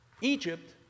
Egypt